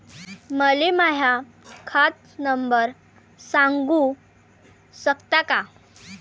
मले माह्या खात नंबर सांगु सकता का?